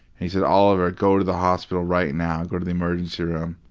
and he said, oliver, go to the hospital right now. go to the emergency room.